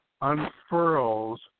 unfurls